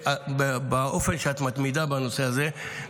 באופן שאת מתמידה בנושא הזה.